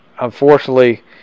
Unfortunately